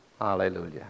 hallelujah